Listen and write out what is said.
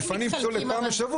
אם הם מפנים פסולת פעם בשבוע,